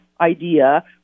idea